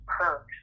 perks